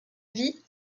vie